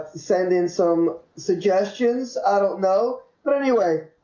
send in some suggestions, i don't know. but anyway,